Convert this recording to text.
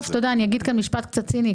אני אגיד כאן משפט קצת ציני,